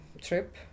trip